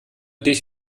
dich